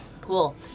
Cool